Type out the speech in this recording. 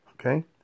okay